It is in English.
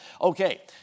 Okay